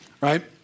Right